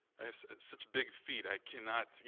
i have such big feet. i cannot you